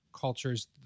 cultures